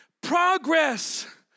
Progress